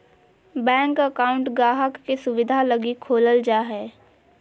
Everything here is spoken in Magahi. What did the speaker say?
बैंक अकाउंट गाहक़ के सुविधा लगी खोलल जा हय